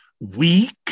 weak